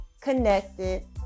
connected